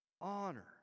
honor